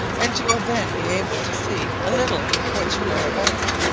and you will then be able to see a little what you are about.